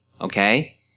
okay